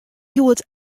hjoed